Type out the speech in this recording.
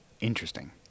Interesting